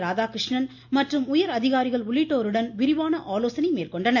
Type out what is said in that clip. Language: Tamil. ராதாகிருஷ்ணன் மற்றும் உயர் அதிகாரிகள் உள்ளிட்டோருடன் ஆலோசனை மேற்கொண்டனர்